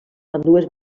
ambdues